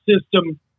system